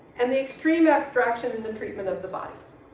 and the extreme abstraction in the treatment of the bodies.